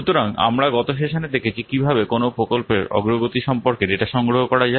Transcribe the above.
সুতরাং আমরা গত সেশানে দেখেছি কীভাবে কোনও প্রকল্পের অগ্রগতি সম্পর্কে ডেটা সংগ্রহ করা যায়